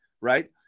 right